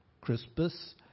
Crispus